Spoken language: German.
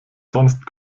sonst